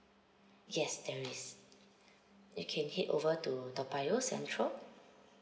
yes there is you can head over to toa payoh central